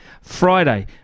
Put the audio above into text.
Friday